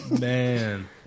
Man